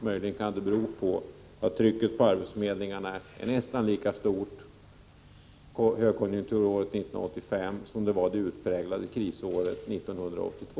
Möjligen kan det bero på att trycket på arbetsförmedlingarna är nästan lika stort högkonjunkturåret 1985 som det var det utpräglade krisåret 1982.